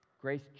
Grace